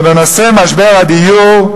אבל משבר הדיור,